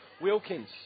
Wilkins